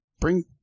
bring